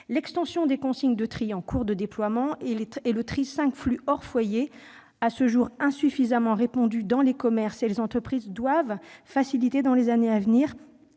L'extension des consignes de tri en cours de déploiement et le tri cinq flux hors foyer, à ce jour insuffisamment répandu dans les commerces et les entreprises, doivent faciliter la collecte dans les années à venir